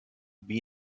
wie